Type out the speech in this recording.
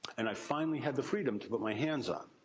and, i finally had the freedom to put my hands on.